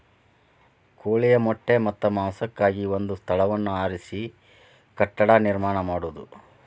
ಕೋಳಿಯ ಮೊಟ್ಟೆ ಮತ್ತ ಮಾಂಸಕ್ಕಾಗಿ ಒಂದ ಸ್ಥಳವನ್ನ ಆರಿಸಿ ಕಟ್ಟಡಾ ನಿರ್ಮಾಣಾ ಮಾಡುದು